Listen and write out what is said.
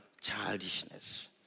childishness